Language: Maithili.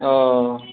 हॅं